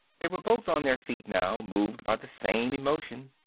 they were both on their feet now, moved by the same emotion.